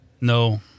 No